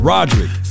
Roderick